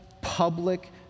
public